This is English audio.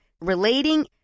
relating